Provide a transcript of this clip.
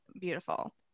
beautiful